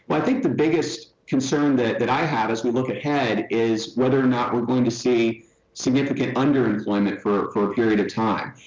but i think the biggest concern that that i have as we look ahead is whether or not we're going to see significant under employment for for a period of time.